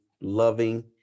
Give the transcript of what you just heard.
loving